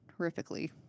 horrifically